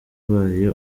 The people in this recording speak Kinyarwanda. ubaye